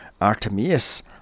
Artemis